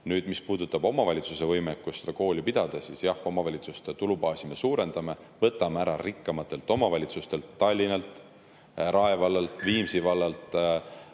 teeb. Mis puudutab omavalitsuse võimekust kooli pidada, siis jah, omavalitsuste tulubaasi me suurendame, võtame [raha] ära rikkamatelt omavalitsustelt – Tallinnalt, Rae vallalt, Viimsi vallalt,